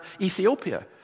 Ethiopia